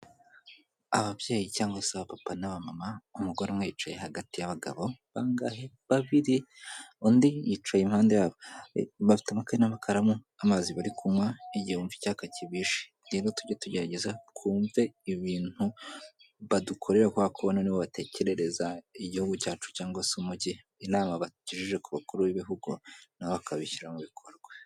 Ababyeyi cyangwa se papa na mama umugore umwe yicaye hagati y'abagabo bangahe babiri undi yicaye impande amakanamakaramo amazi bari kunywa igihumbi cyaka kibishe rero tujye tugerageza twumve ibintu badukorera kwako nibo batekerereza igihugu cyacu cyangwa se umugi inama batugejeje ku bakuru b'ibihugu na bakabishyira mu bikorwa.